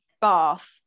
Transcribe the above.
Bath